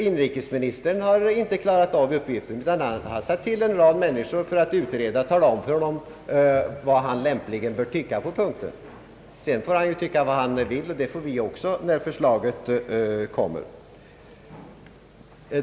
Inrikesministern har inte klarat av uppgiften utan har satt till en utredning som skall tala om för honom vad han lämpligen bör tycka. Sedan får han ju tycka vad han vill, och det får vi också, när förslaget kommer.